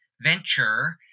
venture